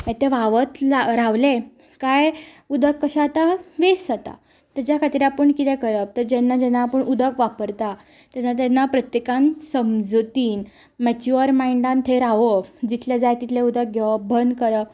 तें व्हांवत रावलें कांय उदक कशें जाता वेस्ट जाता तेच्या खातीर आपूण कितें करप तर जेन्ना जेन्ना आपूण उदक वापरता तेन्ना तेन्ना प्रत्येकान समजुतीन मेच्युअर मायंडान थंय रावप जितलें जाय तितलें उदक घेवप बंद करप